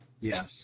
Yes